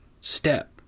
step